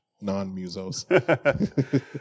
Non-musos